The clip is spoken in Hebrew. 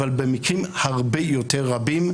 אבל במקרים הרבה יותר רבים,